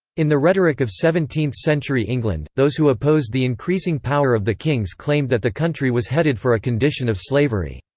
in the rhetoric of seventeenth century england, those who opposed the increasing power of the kings claimed that the country was headed for a condition of slavery.